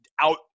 out